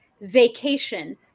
vacation